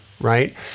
right